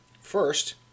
First